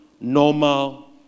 normal